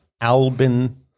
Albin